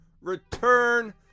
return